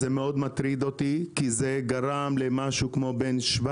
זה מאוד מטריד אותי כי זה גרם למשהו כמו 700,